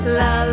la